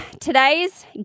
today's